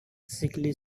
sickly